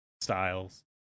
styles